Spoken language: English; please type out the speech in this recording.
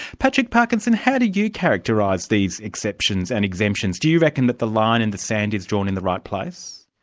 patrick parkinson, how do you characterise these exceptions and exemptions? do you reckon that the line in the sand is drawn in the right place?